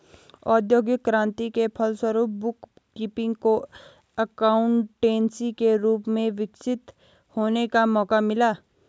औद्योगिक क्रांति के फलस्वरूप बुक कीपिंग को एकाउंटेंसी के रूप में विकसित होने का मौका मिला